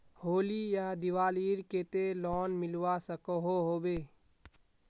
होली या दिवालीर केते लोन मिलवा सकोहो होबे?